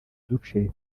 duce